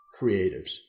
creatives